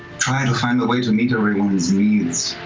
try and to find a way to meet everyone's needs.